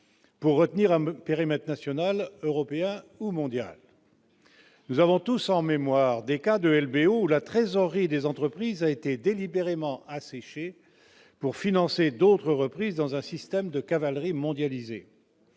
pour retenir un même périmètre national européen ou mondial, nous avons tous en mémoire des cas de LBO ou la trésorerie des entreprises a été délibérément asséché pour financer d'autres reprises dans un système de cavalerie mondialisé,